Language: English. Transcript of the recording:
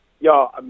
Yo